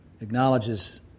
acknowledges